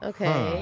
Okay